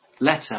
Letter